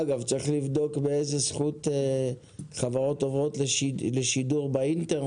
צריך לבדוק באיזו זכות חברות עוברות לשידור באינטרנט.